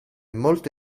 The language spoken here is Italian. molto